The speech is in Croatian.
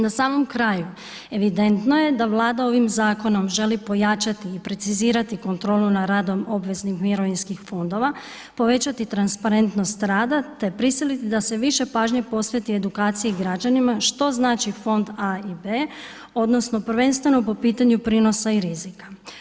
Na samom kraju evidentno je da Vlada ovim zakonom želi pojačati i precizirati kontrolu nad radom obveznih mirovinskih fondova, povećati transparentnost rada te prisiliti da se više pažnje posveti edukciji građanima što znači fond A i B odnosno prvenstveno po pitanju prinosa i rizika.